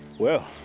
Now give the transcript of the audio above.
well!